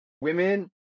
Women